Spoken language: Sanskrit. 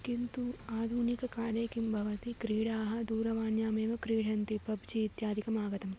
किन्तु आधुनिककाले किं भवति क्रीडाः दूरवाण्यामेव क्रीडन्ति पब्जि इत्यादिकम् आगतम्